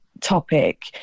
topic